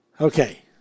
Okay